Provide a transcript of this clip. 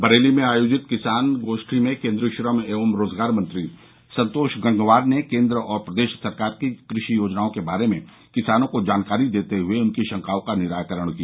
बरेली में आयोजित किसान गोष्ठी में केन्द्रीय श्रम एवं रोजगार मंत्री संतोष गंगवार ने केन्द्र और प्रदेश सरकार की कृषि योजनाओं के बारे में किसानों को जानकारी देते हुए उनकी शंकाओं का निराकरण किया